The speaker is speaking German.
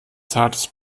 zartes